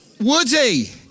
Woody